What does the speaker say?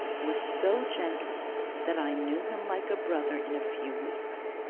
was so gentle that i knew him like a brother in a few weeks.